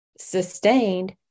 sustained